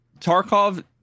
Tarkov